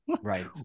Right